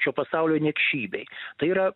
šio pasaulio niekšybei tai yra